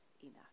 enough